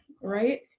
right